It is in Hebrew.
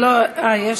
נא לסיים.